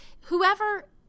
whoever